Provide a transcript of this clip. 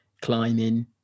climbing